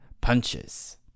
punches